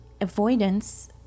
avoidance